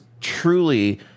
truly